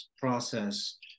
process